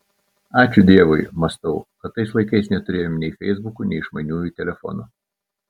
ačiū dievui mąstau kad tais laikais neturėjome nei feisbukų nei išmaniųjų telefonų